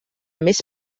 més